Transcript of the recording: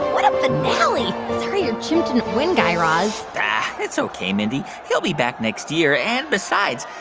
what a finale. sorry your chimp didn't win, guy raz it's ok, mindy. he'll be back next year. and besides,